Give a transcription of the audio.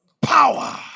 Power